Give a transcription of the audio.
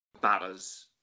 batters